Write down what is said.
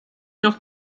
noch